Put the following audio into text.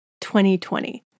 2020